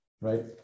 right